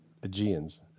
Aegeans